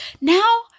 now